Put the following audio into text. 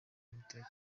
umutekano